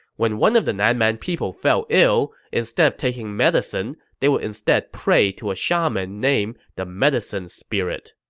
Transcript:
when one of the nan man people fell ill, instead of taking medicine, they would instead pray to a shaman named the medicine spirit.